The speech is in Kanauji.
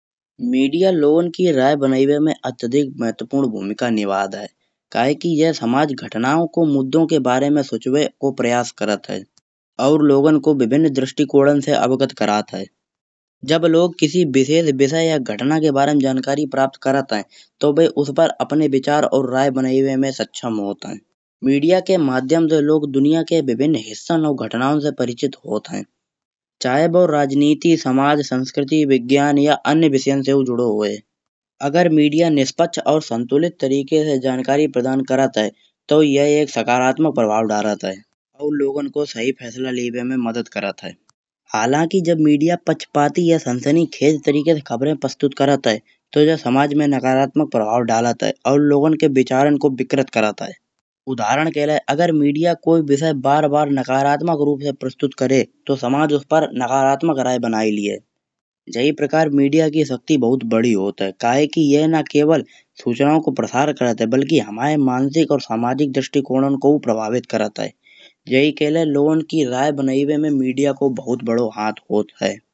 मीडिया लोगन की राय बनइबे में अत्यधिक महत्वपूर्ण भूमिका निभात है। काये कि ये समाज घटनाओ को मुद्दो के बारे को सूचबे को प्रयास करत है और लोगन को विभिन्न दृष्टिकोण से अवगत करत है। जब लोग किसी विशेष विषय और घटना के बारे में जानकारी प्रापत है। तो वे उसपर अपने विचार और राय बनइबे में सक्षम होत है। मीडिया के माध्यम से लोग दुनिया के विभिन्न हिस्सन और घटनन से परिचय होत है। चाहे वो राजनीति, समाज, संस्कृति, विज्ञान या अन्य विषयान् से ऊ जूडो होये। अगर मीडिया निष्पक्ष और संतुलित तरीके से जानकारी प्रदान करत है। तो यह एक सकारात्मक प्रभाव धारत है और लोगन को सही फैसला लेबन में मदद करत है। हालांकि जब मीडिया पक्षपाती या सनसनी तरीके से खबरें प्रस्तुत करत है। तो यह समाज में नकारात्मक प्रभाव धारत है और लोगन के विचारो को विकृत करत है। उदाहरण के लिए अगर मीडिया कोई विषय बार बार नकारात्मक रूप से प्रस्तुत करे तो समाज उसपर नकारात्मक राय बनाये लिहे। यही प्रकार मीडिया की शक्ति बहुत बड़ी होत है काये न कि यह न केवल सूचनाओ को प्रसार करत है। बल्कि हामाए मानसिक और सामाजिक दृष्टिकोदान को भी प्रभावित करत है। यही के लिए लोगन की राय बनइबे में मीडिया को बहुत बड़ो हाथ होत है।